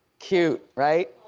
cute right,